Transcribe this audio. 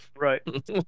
Right